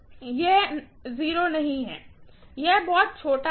यह 0 नहीं है यह बहुत छोटा है